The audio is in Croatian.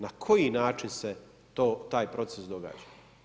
Na koji način se taj proces događa.